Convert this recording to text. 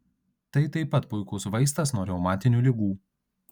tai taip pat puikus vaistas nuo reumatinių ligų